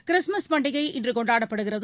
Christmas பண்டிகை இன்று கொண்டாடப்படுகிறது